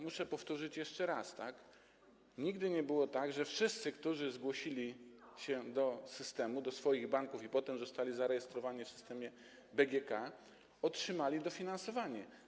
Muszę powtórzyć jeszcze raz: nigdy nie było tak, że wszyscy, którzy zgłosili się do systemu - zgłosili się do swoich banków i potem zostali zarejestrowani w systemie BGK - otrzymali dofinansowanie.